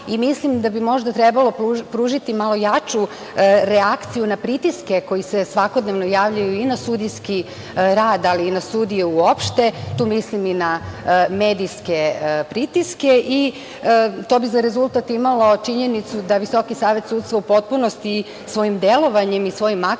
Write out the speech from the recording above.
i mislim da bi možda trebalo pružiti malo jaču reakciju na pritiske koji se svakodnevno javljaju i na sudijski rad ali i na sudije uopšte. Tu mislim i na medijske pritiske. To bi za rezultat imalo činjenicu da Visoki savet sudstva u potpunosti svojim delovanjem i svojim aktima